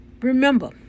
Remember